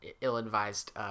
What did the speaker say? ill-advised